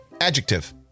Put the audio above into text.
Adjective